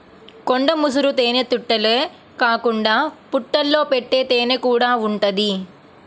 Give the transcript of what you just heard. కొండ ముసురు తేనెతుట్టెలే కాకుండా పుట్టల్లో పెట్టే తేనెకూడా ఉంటది